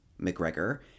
McGregor